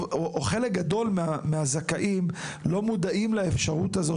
חלק גדול מהזכאים לא מודעים לאפשרות הזו